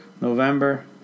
november